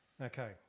Okay